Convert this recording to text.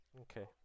Okay